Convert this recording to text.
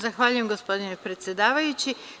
Zahvaljujem gospodine predsedavajući.